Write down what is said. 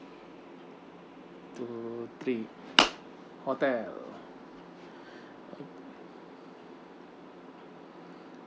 two three hotel